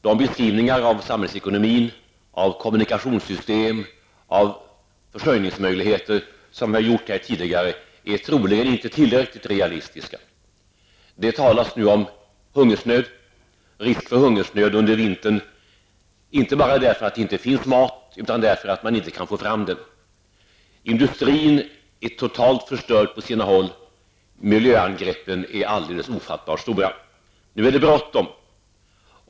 De beskrivningar av samhällsekonomin, av kommunikationssystem och av försörjningsmöjligheter som vi har gjort här tidigare är troligen inte tillräckligt realistiska. Det talas nu om risk för hungersnöd under vintern, inte bara på grund av att det inte finns mat, utan därför att man inte kan få fram den. Industrin är på sina håll totalt förstörd, och miljöangreppen är ofattbart stora. Nu är det bråttom.